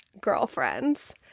girlfriends